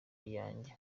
yanjye